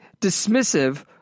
dismissive